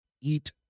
eat